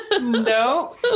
No